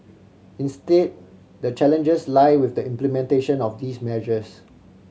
instead the challenges lie with the implementation of these measures